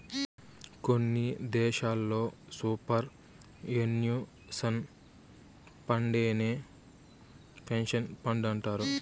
కొన్ని దేశాల్లో superannuation ఫండేనే పెన్సన్ ఫండంటారు